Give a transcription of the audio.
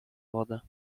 wodę